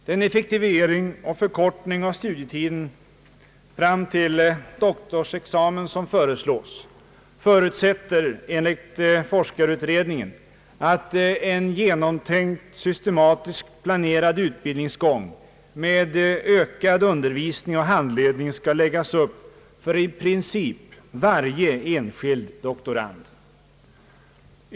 Den effektivering och förkortning av studietiden fram till doktorsexamen som föreslås kräver enligt forskarutredningen att en genomtänkt, systematiskt planerad utbildningsgång med ökad undervisning och handledning lägges upp för i princip varje enskild doktorand.